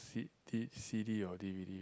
C_D C_D or D_V_D